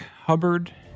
Hubbard